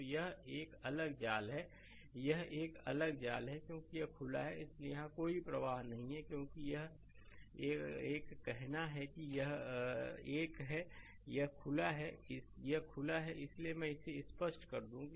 तो यह एक अलग जाल है यह एक अलग जाल है क्योंकि यह खुला है इसलिए यहां कोई भी प्रवाह नहीं है क्योंकि यह एक कहना है कि यह एक है यह खुला है यह खुला है इसलिए मैं इसे स्पष्ट कर दूं